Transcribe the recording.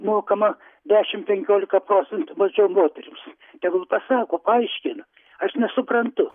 mokama dešimt penkiolika procentų mažiau moterims tegul pasako paaiškina aš nesuprantu